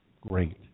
great